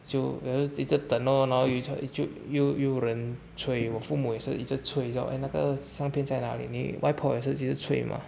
就然后一直等 lor 然后又就又就又有人催我父母也是一直催叫那个相片在哪里你外婆也是一直在催 mah